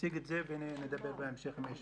ולאחר מכן נמשיך.